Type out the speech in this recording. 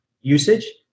usage